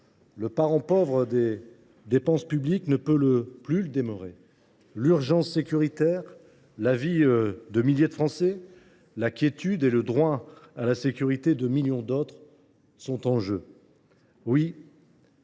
Le parent pauvre des dépenses publiques ne peut plus le demeurer. L’urgence sécuritaire, la vie de milliers de Français, la quiétude et le droit à la sécurité de millions d’autres sont en jeu.